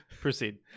Proceed